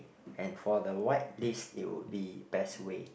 and for the white list it would be best way